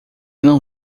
não